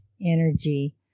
energy